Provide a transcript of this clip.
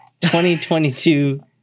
2022